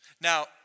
Now